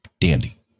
Dandy